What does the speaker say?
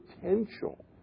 potential